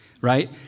Right